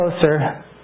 closer